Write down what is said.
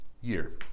year